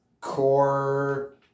core